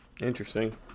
Interesting